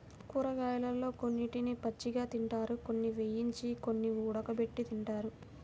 కూరగాయలలో కొన్నిటిని పచ్చిగా తింటారు, కొన్ని వేయించి, కొన్ని ఉడకబెట్టి తింటారు